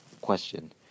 question